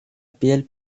piel